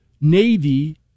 Navy